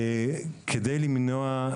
כדי למנוע,